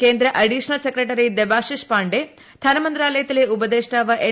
കേന്ദ്ര additional secretary Debashish Pandey ധനമന്ത്രാലയത്തിലെ ഉപദേഷ്ടാവ് എൻ